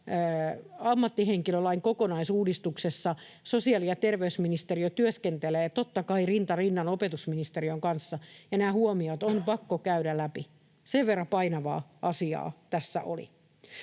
ammattihenkilölain kokonaisuudistuksessa sosiaali- ja terveysministeriö työskentelee totta kai rinta rinnan opetusministeriön kanssa, ja nämä huomiot on pakko käydä läpi — sen verran painavaa asiaa tässä oli.